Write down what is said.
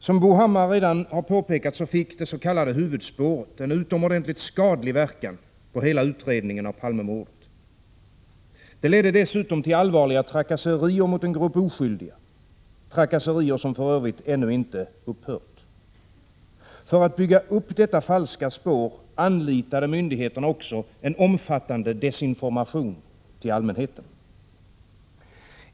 Som Bo Hammar redan har påpekat, fick det så kallade huvudspåret en utomordentligt skadlig verkan på hela utredningen av Palmemordet. Det ledde dessutom till allvarliga trakasserier mot en grupp oskyldiga, trakasserier som för övrigt inte upphört. För att bygga upp detta falska spår anlitade myndigheterna också en omfattande desinformation till allmänheten.